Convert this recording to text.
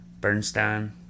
Bernstein